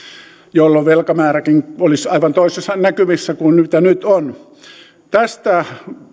jolloin velkamääräkin olisi aivan toisissa näkymissä kuin nyt on tästä